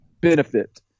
benefit